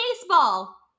baseball